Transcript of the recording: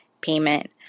payment